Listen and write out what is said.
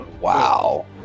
Wow